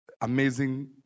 amazing